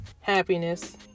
happiness